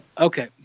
Okay